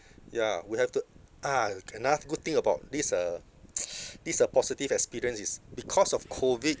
ya we have to ah another good thing about this uh this uh positive experience is because of COVID